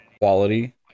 quality